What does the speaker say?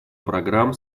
программ